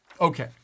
Okay